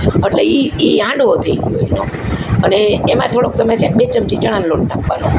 અટલે એ એ હાંડવો થઈ ગયો એનો અને એમાં થોડોક તમે છે ને બે ચમચી ચણાનો લોટ નાખવાનો